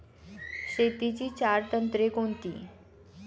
शेतीची चार तंत्रे कोणती?